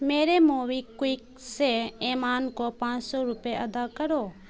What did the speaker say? میرے MobiKwik سے ایمان کو پانچ سو روپے ادا کرو